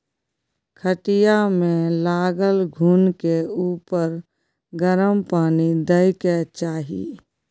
खटिया मे लागल घून के उपर गरम पानि दय के चाही